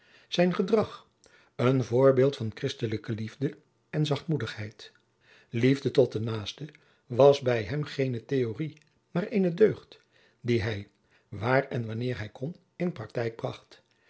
zijn gedrag een voorbeeld van christelijke liefde en zachtmoedigheid liefde tot den naasten was bij hem geene theorie maar eene deugd die hij waar en wanneer hij kon in praktijk bracht